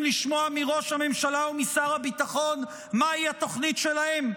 לשמוע מראש הממשלה ומשר הביטחון מהי התוכנית שלהם?